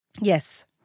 Yes